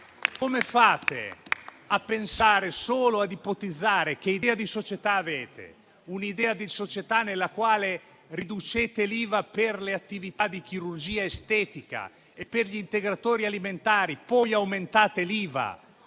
Come fate a pensare e solo ad ipotizzare ciò? Che idea di società avete? Un'idea di società nella quale riducete l'IVA per le attività di chirurgia estetica e per gli integratori alimentari e poi l'aumentate per